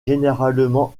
généralement